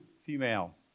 female